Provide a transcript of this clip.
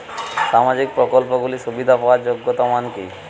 সামাজিক প্রকল্পগুলি সুবিধা পাওয়ার যোগ্যতা মান কি?